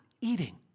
eating